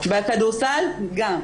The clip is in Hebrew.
בכדורסל גם.